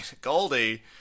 Goldie